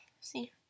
see